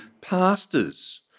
pastors